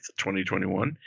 2021